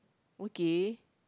okay